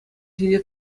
ҫине